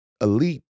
elite